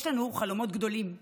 יש לנו חלומות גדולים לשנות,